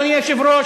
אדוני היושב-ראש,